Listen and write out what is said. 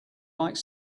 like